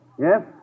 Yes